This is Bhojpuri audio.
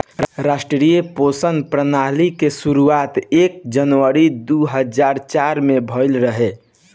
राष्ट्रीय पेंशन प्रणाली के शुरुआत एक जनवरी दू हज़ार चार में भईल रहे